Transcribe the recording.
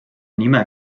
nime